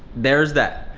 there is that.